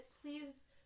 please